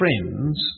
friends